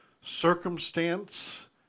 circumstance